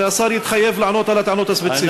והשר יתחייב לענות על הטענות הספציפיות?